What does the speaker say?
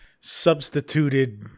substituted